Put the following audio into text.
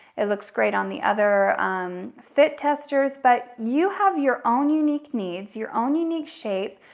it looks great on the other fit testers, but you have your own unique needs, your own unique shape,